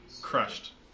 Crushed